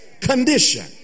condition